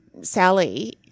Sally